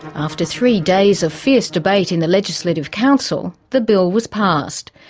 after three days of fierce debate in the legislative council the bill was passed,